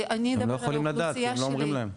הם לא יכולים לדעת כי לא אומרים להם.